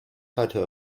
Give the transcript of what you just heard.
photo